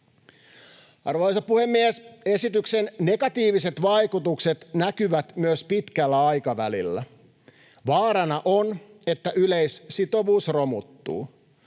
Arvoisa puhemies! Esityksen negatiiviset vaikutukset näkyvät myös pitkällä aikavälillä. Vaarana on, että yleissitovuus romuttuu.